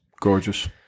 Gorgeous